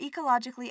ecologically